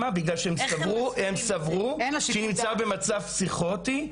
שהם סברו שהיא נמצאה במצב פסיכוטי,